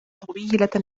طويلة